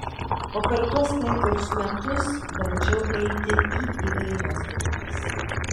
o per tuos ketverius metus bandžiau eiti į įvairias grupes